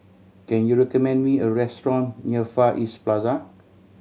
can you recommend me a restaurant near Far East Plaza